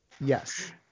Yes